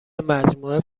مجموعه